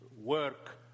work